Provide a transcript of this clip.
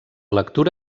lectura